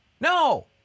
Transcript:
No